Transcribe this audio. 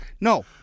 No